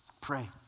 Pray